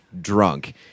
drunk